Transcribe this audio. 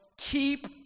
keep